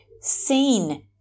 seen